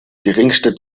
geringste